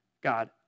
God